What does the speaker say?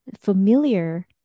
familiar